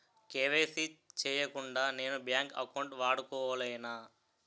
KYC చేయకుండా నేను bank account వాడుకొలేన?